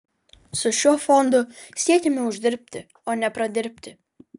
su šiuo fondu siekiame uždirbti o ne pradirbti